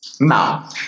Now